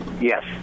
Yes